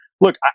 look